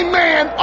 man